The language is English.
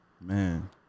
Man